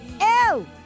Ew